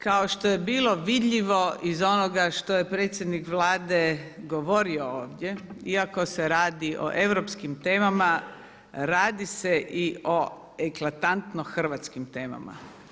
Kao što je bilo vidljivo iz onoga što je predsjednik Vlade govorio ovdje iako se radi o europskim temama i radi se i o eklatantno hrvatskim temama.